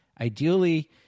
Ideally